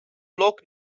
loc